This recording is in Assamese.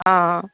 অ'